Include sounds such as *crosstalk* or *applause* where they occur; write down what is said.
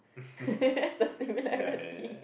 *breath* it's the similarity